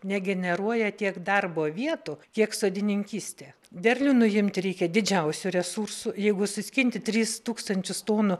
negeneruoja tiek darbo vietų kiek sodininkystė derlių nuimti reikia didžiausių resursų jeigu suskinti tris tūkstančius tonų